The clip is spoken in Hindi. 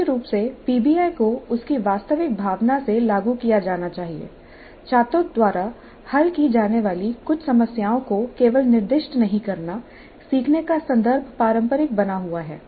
स्पष्ट रूप से पीबीआई को उसकी वास्तविक भावना से लागू किया जाना चाहिए छात्रों द्वारा हल की जाने वाली कुछ समस्याओं को केवल निर्दिष्ट नहीं करना सीखने का संदर्भ पारंपरिक बना हुआ है